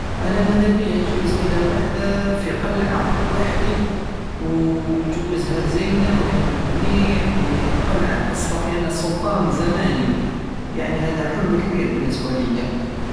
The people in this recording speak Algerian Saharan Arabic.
انا مادابية نجوز ليلة وحدى في قلعة وحدي ونجوزها زينة وناكل مليح وهاديك القلعة نحس روحي انا سلطان زماني يعني هدا حلم كبير بالنسبة لية